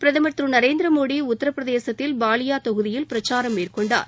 பிரதுர் திரு நரேந்திர மோடி உத்தரப்பிரதேசத்தில் பாலியா தொகுதியில் பிரச்சாரம் மேற்கொண்டார்